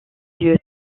lieu